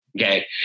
Okay